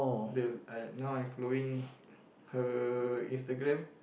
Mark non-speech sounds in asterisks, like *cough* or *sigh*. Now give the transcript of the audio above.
the uh now I following *breath* her Instagram